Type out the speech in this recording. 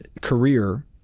career